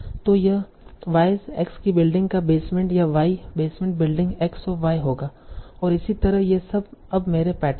तो यह Y's X की बिल्डिंग का बेसमेंट या Y basement building X of Y होगा और इसी तरह ये अब मेरे पैटर्न हैं